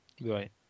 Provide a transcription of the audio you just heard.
Right